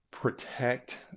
protect